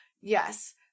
yes